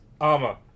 armor